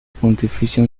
pontificia